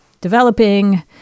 developing